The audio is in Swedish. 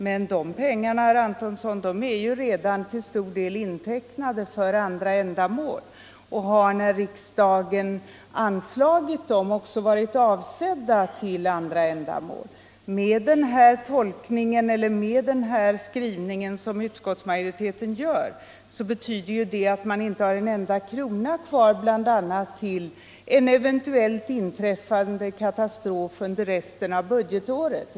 Men de pengar SIDA har är ju till stor del redan intecknade för andra ändamål. När riksdagen anslog dem var de också avsedda för andra ändamål. Utskottsmajoritetens skrivning innebär att SIDA inte får en enda krona kvar att sätta in mot en eventuellt inträffande ny katastrof under resten av budgetåret.